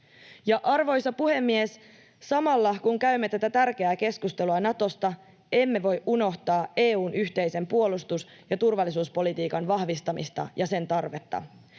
Arvoisa puhemies! Samalla kun käymme tätä tärkeää keskustelua Natosta, emme voi unohtaa EU:n yhteisen puolustus‑ ja turvallisuuspolitiikan vahvistamista ja sen tarvetta.